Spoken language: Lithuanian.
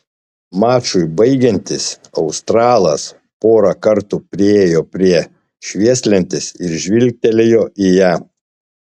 mačui baigiantis australas porą kartų priėjo prie švieslentės ir žvilgtelėjo į ją